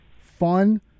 fun